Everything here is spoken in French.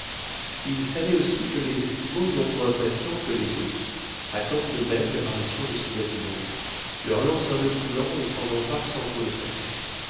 elle savait aussi que les esquimaux non moins patients que les ours attendent de même l'apparition de ces animaux leur lancent un noeud coulant et s'en emparent sans trop de peine